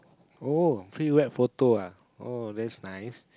oh free web photo ah oh that's nice